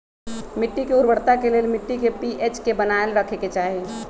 मिट्टी के उर्वरता के लेल मिट्टी के पी.एच के बनाएल रखे के चाहि